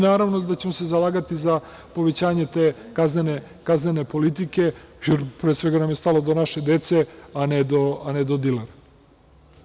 Naravno da ćemo se zalagati za povećanje te kaznene politike, jer pre svega nam je stalo do naše dece, a ne do dilera.